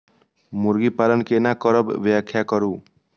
मुर्गी पालन केना करब व्याख्या करु?